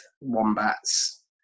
wombats